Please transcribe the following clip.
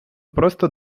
просто